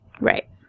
Right